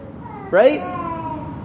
Right